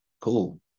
Cool